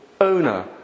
owner